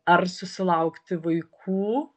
ar susilaukti vaikų